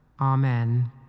Amen